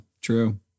true